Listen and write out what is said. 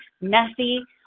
messy